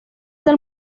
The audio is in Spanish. del